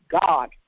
God